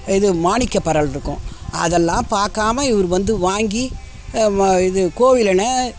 இது மாணிக்கப் பரல் இருக்கும் அதெல்லாம் பார்க்காம இவரு வந்து வாங்கி இது கோவலன